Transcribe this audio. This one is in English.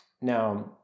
Now